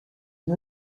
une